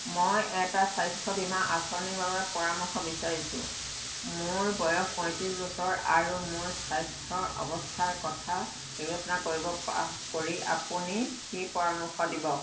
মই এটা স্বাস্থ্য বীমা আঁচনিৰ বাবে পৰামৰ্শ বিচাৰিছোঁ মোৰ বয়স পয়ত্ৰিছ বছৰ আৰু মোৰ স্বাস্থ্যৰ অৱস্থাৰ কথা বিবেচনা কৰিব কৰি আপুনি কি পৰামৰ্শ দিব